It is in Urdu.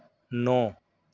نو